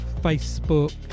Facebook